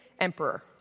emperor